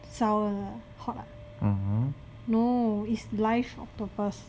烧的啊 no it's live octopus